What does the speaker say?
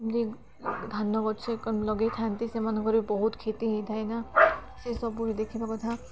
ଯିଏ ଧାନ ଗଛ ଲଗେଇଥାନ୍ତି ସେମାନଙ୍କର ବି ବହୁତ କ୍ଷତି ହେଇଥାଏ ନା ସେସବୁ ଦେଖିବା କଥା